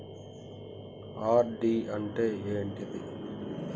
RD అంటే ఏంటిది?